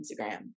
Instagram